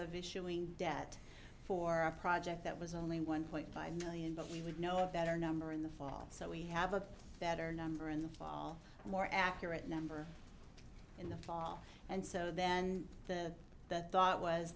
of issuing debt for a project that was only one point five million but we would know that our number in the fall so we have a better number in the fall more accurate number in the fall and so then the that thought was